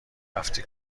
رفتی